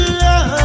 love